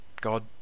God